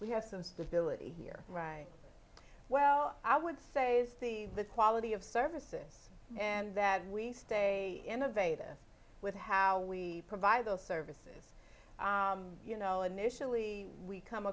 we have some stability here right well i would say steve the quality of services and that we stay innovative with how we provide those services you know initially we come